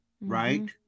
right